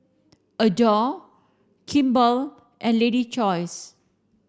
Adore Kimball and Lady's Choice